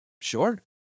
Sure